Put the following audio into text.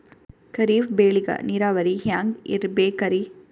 ಖರೀಫ್ ಬೇಳಿಗ ನೀರಾವರಿ ಹ್ಯಾಂಗ್ ಇರ್ಬೇಕರಿ?